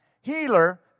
healer